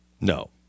No